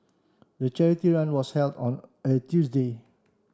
the charity run was held on a Tuesday